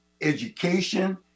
education